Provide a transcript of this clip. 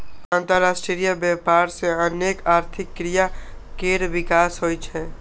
अंतरराष्ट्रीय व्यापार सं अनेक आर्थिक क्रिया केर विकास होइ छै